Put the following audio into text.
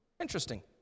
Interesting